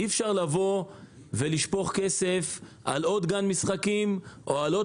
אי אפשר לשפוך כסף על עוד גן משחקים או עוד